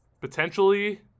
potentially